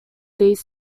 these